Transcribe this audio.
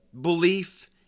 belief